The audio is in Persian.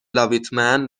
لاویتمن